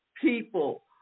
people